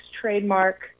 trademark